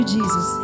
Jesus